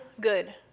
good